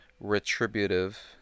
retributive